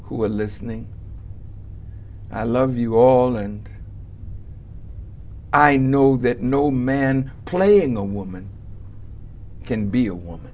who are listening i love you all and i know that no man playing a woman can be a woman